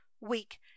weak